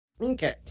okay